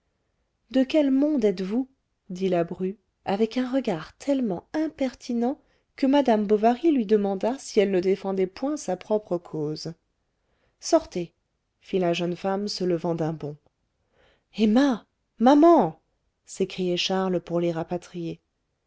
de quel monde êtes-vous dit la bru avec un regard tellement impertinent que madame bovary lui demanda si elle ne défendait point sa propre cause sortez fit la jeune femme se levant d'un bond emma maman s'écriait charles pour les rapatrier